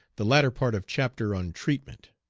the latter part of chapter on treatment.